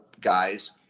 guys